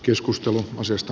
keskustelu asiasta